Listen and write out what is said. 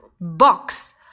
Box